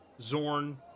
Zorn